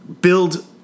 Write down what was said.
build